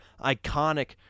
iconic